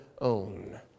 own